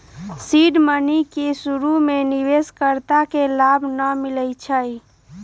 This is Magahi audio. सीड मनी में शुरु में निवेश कर्ता के लाभ न मिलै छइ